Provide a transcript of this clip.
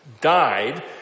died